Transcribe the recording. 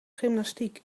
gymnastiek